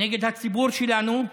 נגד הציבור שלנו,